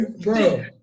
Bro